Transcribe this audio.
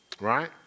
right